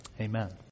Amen